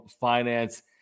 Finance